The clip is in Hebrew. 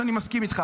שאני מסכים איתך.